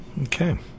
Okay